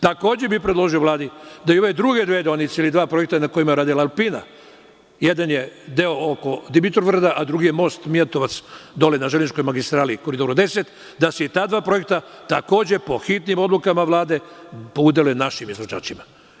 Takođe bih predložio Vladi da i ove druge dve deonice ili dva projekta na kojima je radila „Alpina“, jedan je deo oko Dimitrovgrada, a drugi je most Mijatovac dole na železničkoj magistrali Koridora 10, da se i ta dva projekta, takođe po hitnim odlukama Vlade, udele našim izvođačima.